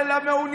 יש פטור מהקשבה,